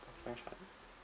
five hun~